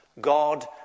God